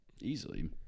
Easily